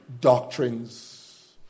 doctrines